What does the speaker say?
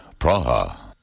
Praha